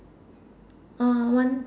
uh one